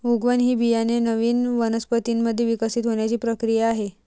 उगवण ही बियाणे नवीन वनस्पतीं मध्ये विकसित होण्याची प्रक्रिया आहे